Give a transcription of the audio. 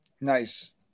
Nice